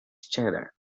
cheddar